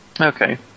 Okay